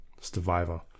survivor